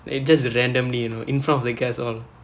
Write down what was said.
it just randomly you know in front of the guests all